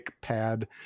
pad